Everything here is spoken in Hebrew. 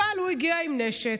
אבל הוא הגיע עם נשק.